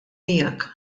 miegħek